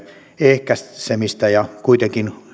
ehkäisemistä kuitenkin